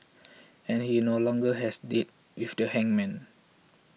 and he no longer has date with the hangman